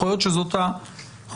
יכול להיות שזאת הדוגמה.